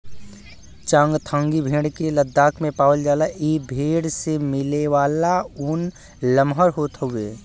चांगथांगी भेड़ के लद्दाख में पावला जाला ए भेड़ से मिलेवाला ऊन लमहर होत हउवे